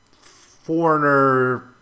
foreigner